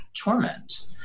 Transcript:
torment